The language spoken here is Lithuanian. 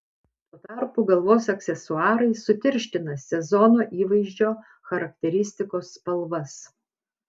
tuo tarpu galvos aksesuarai sutirština sezono įvaizdžio charakteristikos spalvas